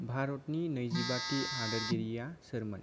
भारतनि नैजिबाथि हादोरगिरिया सोरमोन